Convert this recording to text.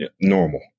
normal